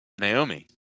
Naomi